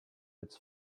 its